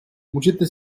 můžete